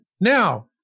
Now